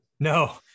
No